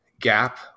gap